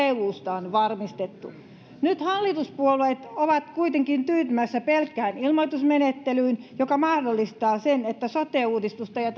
eusta on varmistettu nyt hallituspuolueet ovat kuitenkin tyytymässä pelkkään ilmoitusmenettelyyn joka mahdollistaa sen että sote uudistus ja